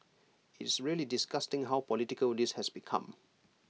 IT is really disgusting how political this has become